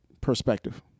perspective